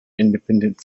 independent